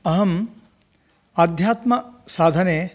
अहम् आध्यात्मसाधने